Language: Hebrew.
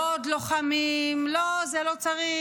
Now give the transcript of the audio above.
לא עוד לוחמים, לא, זה לא צריך,